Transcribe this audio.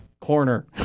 Corner